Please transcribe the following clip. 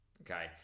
okay